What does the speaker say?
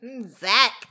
Zach